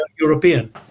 European